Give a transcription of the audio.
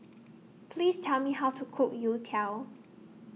Please Tell Me How to Cook Youtiao